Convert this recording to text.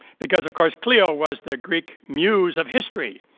because, of course, clio was the greek muse of history,